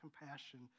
compassion